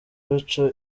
baca